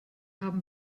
haben